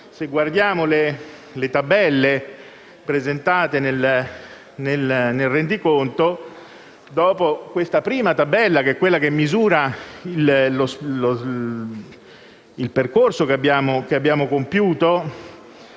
Se guardiamo le tabelle presentate nel rendiconto, dopo la prima tabella che misura il percorso che abbiamo compiuto,